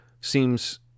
seems